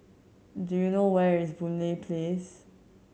do you know where is Boon Lay Place